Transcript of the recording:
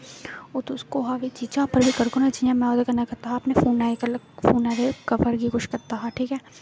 तुस कुसै बी चीजै पर करगे नी जि'यां में ओह्दे कन्नै कीता अपने फोनै च कल्लर फोनै दे कवर गी किश कीता हा ठीक ऐ